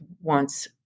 wants